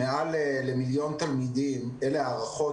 אנחנו מנגישים לכל המורים תוכן דיגיטאלי עשיר ומגוון.